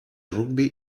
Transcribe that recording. rugby